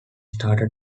started